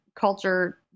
culture